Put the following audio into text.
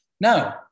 No